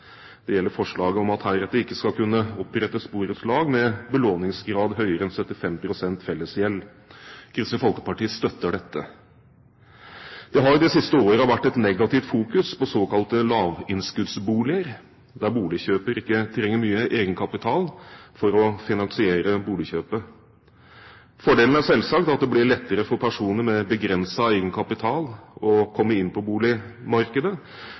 Det gjelder forslaget om at det heretter ikke skal kunne opprettes borettslag med belåningsgrad høyere enn 75 pst. fellesgjeld. Kristelig Folkeparti støtter dette. Det har de siste årene vært et negativt fokus på såkalte lavinnskuddsboliger, der boligkjøper ikke trenger mye egenkapital for å finansiere boligkjøpet. Fordelen er selvsagt at det blir lettere for personer med begrenset egenkapital å komme inn på boligmarkedet,